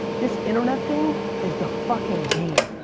this internet thing is the fucking game.